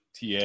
TA